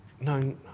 no